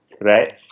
right